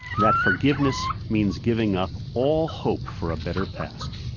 that forgiveness means giving up all hope for a better past.